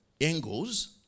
angles